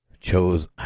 chose